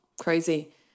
Crazy